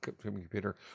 computer